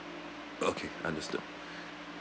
okay understood